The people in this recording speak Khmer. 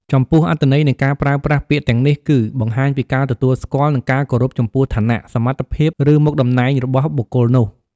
ចំពោះអត្ថន័យនៃការប្រើប្រាស់ពាក្យទាំងនេះគឺ បង្ហាញពីការទទួលស្គាល់ និងការគោរពចំពោះឋានៈ សមត្ថភាព ឬមុខតំណែងរបស់បុគ្គលនោះ។